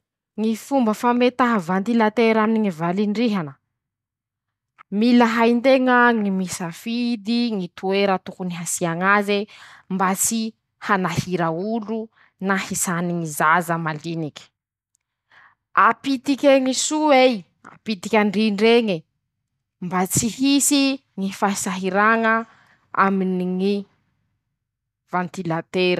Ñy fomba fametaha vatilatera aminy ñy valin-drihana: -Mila hay nteña ñy misady ñy toera tokony hasia ñaze, mba tsy hanaira olo na tsy hisàny ñy zaza maliniky, apitik'eñy soa'ei, apitik'andrindr'eñy mba tsy hisy ñy fasahiraña aminy ñy vantilat.